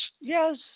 yes